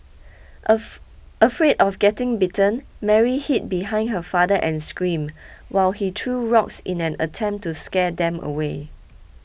of afraid of getting bitten Mary hid behind her father and screamed while he threw rocks in an attempt to scare them away